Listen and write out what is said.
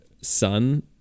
son